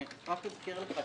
אני רק רוצה להזכיר לך,